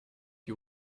you